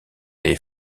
les